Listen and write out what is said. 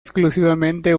exclusivamente